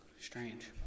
Strange